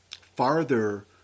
farther